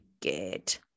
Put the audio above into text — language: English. Good